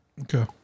okay